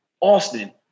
Austin